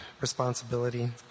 responsibility